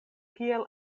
kiel